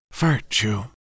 VIRTUE